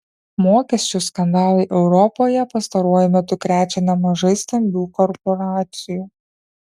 mokesčių skandalai europoje pastaruoju metu krečia nemažai stambių korporacijų